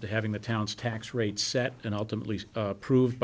to having the town's tax rates set and ultimately approved